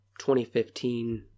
2015